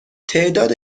تعداد